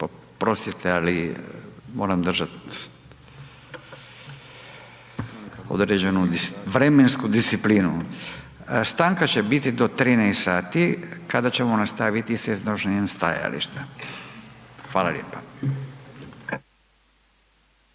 oprostite ali moram držat određenu vremensku disciplinu. Stanka će biti do 13,00 sati kada ćemo nastaviti s iznošenjem stajališta. Hvala lijepa.